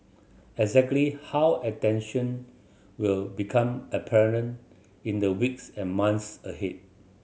exactly how attention will become apparent in the weeks and months ahead